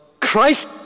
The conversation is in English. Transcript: Christ